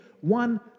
one